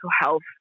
health